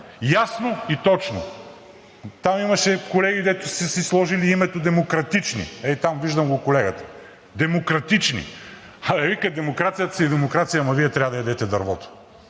ясно и точно. Там имаше колеги, дето са си сложили името демократични – ей там, виждам го, колега. Демократични! Абе, вика: демокрацията си е демокрация, ама Вие трябва да ядете дървото!